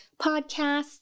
podcasts